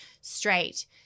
straight